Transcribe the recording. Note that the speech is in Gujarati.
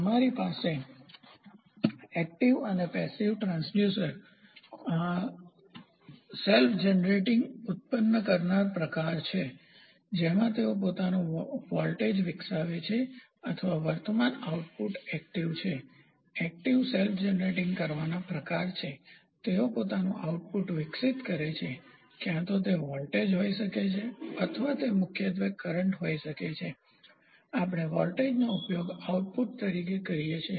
તમારી પાસે એકટીવસક્રિય અને પેસીવનિષ્ક્રિય ટ્રાંસડ્યુસર સેલ્ફજનરેટિંગસ્વ ઉત્પન્ન કરનાર પ્રકાર છે જેમાં તેઓ પોતાનું વોલ્ટેજ વિકસાવે છે અથવા વર્તમાન આઉટપુટ એકટીવસક્રિય છે એકટીવસક્રિય સેલ્ફજનરેટિંગ કરવાના પ્રકાર છે તેઓ પોતાનું આઉટપુટ વિકસિત કરે છે ક્યાં તો તે વોલ્ટેજ હોઈ શકે છે અથવા તે મુખ્યત્વે કરન્ટ હોઈ શકે છે આપણે વોલ્ટેજનો ઉપયોગ આઉટપુટ તરીકે કરીએ છીએ